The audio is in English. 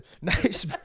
nice